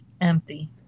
Empty